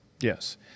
Yes